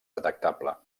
detectable